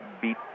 beat